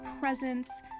presence